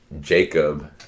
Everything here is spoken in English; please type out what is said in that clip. Jacob